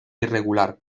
irregular